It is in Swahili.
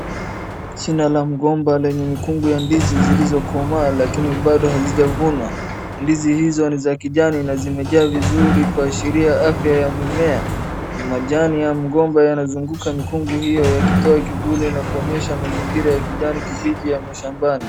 Shina la migomba yenye mikungu ya ndizi zilizokomaa lakini bado hazijavunwa. Ndizi hizo ni za kijani na zimejaa vizuri kuashiria afya ya mimea. Majani ya migomba yanazunguka mikungu hiyo yakitoa kivuli na kuonyesha mazingira ya kijani kibichi ya shambani.